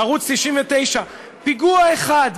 ערוץ 99. פיגוע אחד,